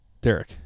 Derek